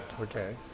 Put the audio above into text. okay